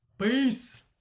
Peace